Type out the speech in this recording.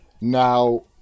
Now